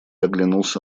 оглянулся